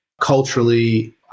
culturally